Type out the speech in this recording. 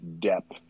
depth